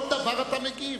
על כל דבר אתה מגיב.